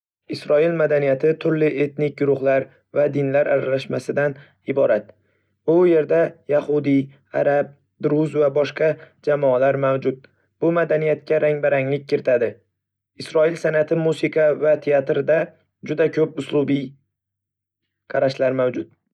Isroil madaniyati turli etnik guruhlar va dinlar aralashmasidan iborat. U yerda yahudiy, arab, druz va boshqa jamoalar mavjud, bu madaniyatga rang-baranglik kiritadi. Isroil san'ati, musiqa va teatrida juda ko'p uslubiy qarashlar mavjud,